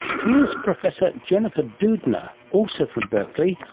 here's professor jennifer doudna, also from berkeley,